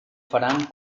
faran